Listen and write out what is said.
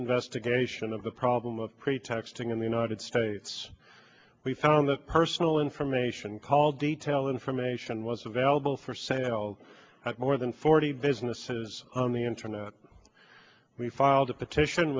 investigation of the problem of pretexting in the united states we found that personal information call detail information was available for sale at more than forty businesses on the internet we filed a petition